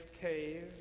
cave